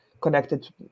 connected